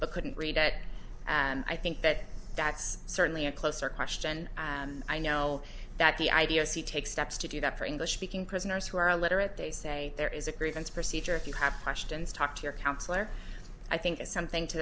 but couldn't read it and i think that that's certainly a closer question i know that the idea is to take steps to do that for english speaking prisoners who are literate they say there is a grievance procedure if you have questions talk to your counselor i think is something to